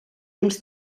temps